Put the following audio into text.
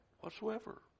whatsoever